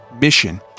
mission